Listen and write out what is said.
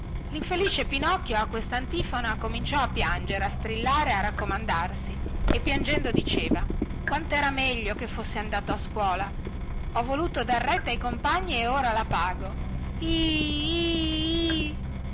linfelice pinocchio a questantifona cominciò a piangere a strillare a raccomandarsi e piangendo diceva quantera meglio che fossi andato a scuola ho voluto dar retta ai compagni e ora la pago ih ih ih